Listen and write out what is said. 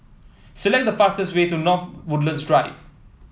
select the fastest way to North Woodlands Drive